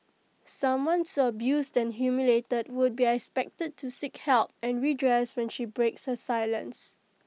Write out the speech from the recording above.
someone so abused and humiliated would be expected to seek help and redress when she breaks her silence